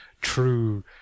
true